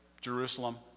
Jerusalem